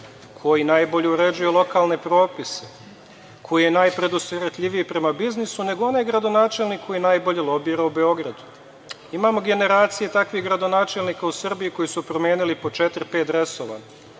koji najbolje uređuje lokalne propise, koji je najpredusretljiviji prema biznisu, nego onaj gradonačelnik koji najbolje lobira u Beogradu. Imamo generacije takvih gradonačelnika u Srbiji koji su promenili po četiri-pet dresova.